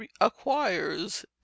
acquires